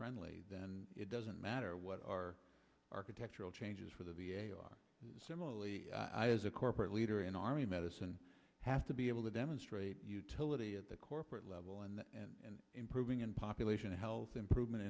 friendly then it doesn't matter what our architectural changes for the v a are similarly i as a corporate leader in army medicine has to be able to demonstrate utility at the corporate level and improving in population health improvement